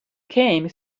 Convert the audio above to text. came